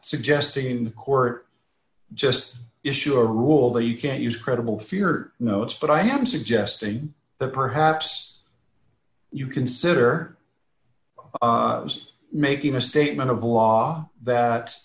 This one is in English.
suggesting in court just issue a rule that you can't use credible fear notes but i am suggesting that perhaps you consider was making a statement of law that